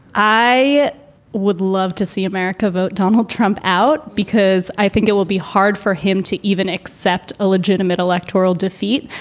i would love to see america vote donald trump out because i think it will be hard for him to even accept a legitimate electoral defeat.